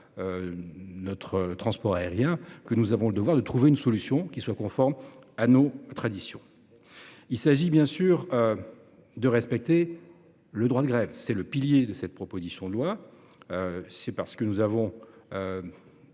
navigation aérienne, que nous avons le devoir de trouver une solution qui soit conforme à nos traditions. Il convient bien sûr de respecter le droit de grève : c'est le pilier de cette proposition de loi. C'est bien parce qu'existe